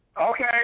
Okay